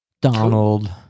Donald